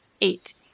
Eight